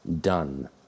done